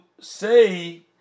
say